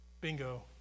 Bingo